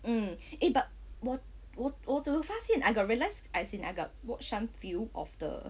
mm eh but 我我我怎么发现 I got realise as in I got watch some view of the